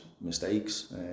mistakes